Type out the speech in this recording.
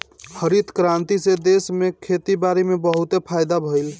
हरित क्रांति से देश में खेती बारी में बहुते फायदा भइल